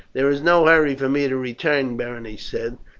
there is no hurry for me to return, berenice said.